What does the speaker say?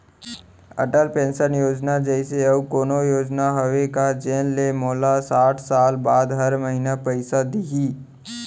Atal pension Yojana जइसे अऊ कोनो योजना हावे का जेन ले मोला साठ साल बाद हर महीना पइसा दिही?